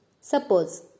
Suppose